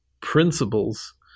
principles